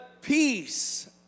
peace